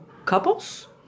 couples